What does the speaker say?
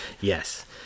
Yes